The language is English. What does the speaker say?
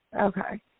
Okay